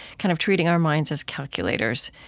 kind of treating our minds as calculators.